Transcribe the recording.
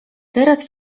teraz